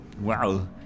Wow